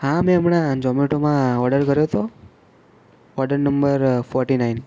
હા મેં હમણાં ઝોમેટોમાં ઓર્ડર કર્યો તો ઓર્ડર નંબર ફોર્ટી નાઇન